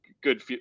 good